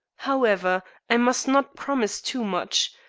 however, i must not promise too much.